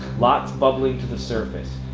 lots bubbling to the surface.